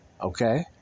okay